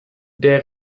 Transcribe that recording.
der